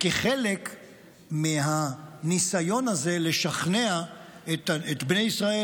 כחלק מהניסיון הזה לשכנע את בני ישראל,